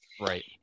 Right